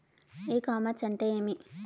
ఇ commerce అంటే ఏమి?